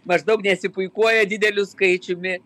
maždaug nesipuikuoja dideliu skaičiumi